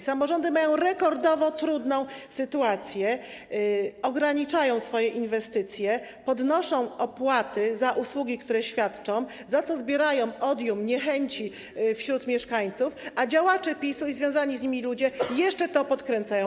Samorządy mają rekordowo trudną sytuację, ograniczają swoje inwestycje, podnoszą opłaty za usługi, które świadczą, za co ściągają na siebie odium, niechęć mieszkańców, a działacze PiS-u i związani z nimi ludzie jeszcze to podkręcają.